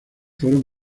fueron